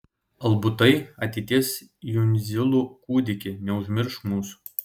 albutai ateities jundzilų kūdiki neužmiršk mūsų